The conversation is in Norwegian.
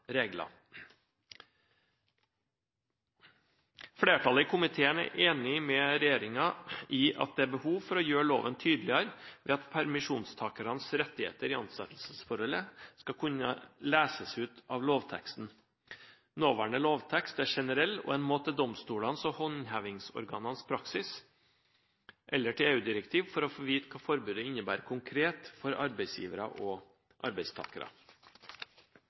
regler. Flertallet i komiteen er enig med regjeringen i at det er behov for å gjøre loven tydeligere ved at permisjonstakernes rettigheter i ansettelsesforholdet skal kunne leses ut av lovteksten. Nåværende lovtekst er generell, og man må til domstolenes og håndhevingsorganenes praksis eller til EU-direktiv for å få vite hva forbudet innebærer konkret for arbeidsgivere og arbeidstakere.